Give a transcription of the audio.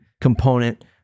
component